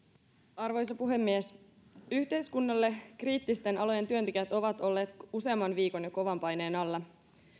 arvoisa puhemies yhteiskunnan kriittisten alojen työntekijät ovat olleet jo useamman viikon kovan paineen alla